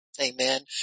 Amen